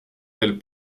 del